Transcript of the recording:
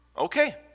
okay